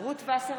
כמה פעמים,